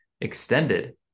extended